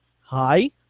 Hi